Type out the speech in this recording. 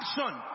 action